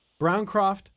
Browncroft